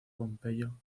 pompeyo